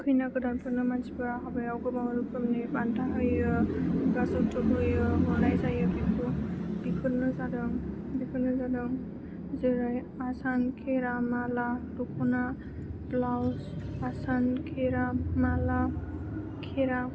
खैना गोदानफोरनो मानसिफोरा हाबायाव गोबां रोखोमनि बान्था होयो एबा जौथुक होयो हरनाय जायो बेफोरनो जादों जेरै आसान खेरा माला दखना ब्लाउस